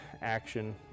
action